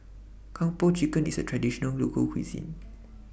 Kung Po Chicken IS A Traditional Local Cuisine